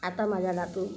आता माझा नातू